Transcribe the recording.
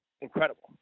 incredible